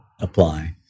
apply